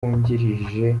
wungirije